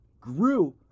grew